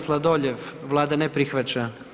Sladoljev, Vlada ne prihvaća.